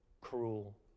cruel